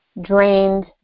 drained